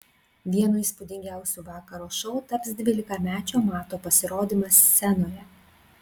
vienu įspūdingiausių vakaro šou taps dvylikamečio mato pasirodymas scenoje